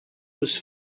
was